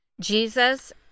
Jesus